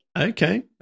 Okay